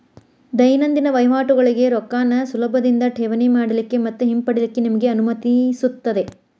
ದೈನಂದಿನ ವಹಿವಾಟಗೋಳಿಗೆ ರೊಕ್ಕಾನ ಸುಲಭದಿಂದಾ ಠೇವಣಿ ಮಾಡಲಿಕ್ಕೆ ಮತ್ತ ಹಿಂಪಡಿಲಿಕ್ಕೆ ನಿಮಗೆ ಅನುಮತಿಸುತ್ತದೆ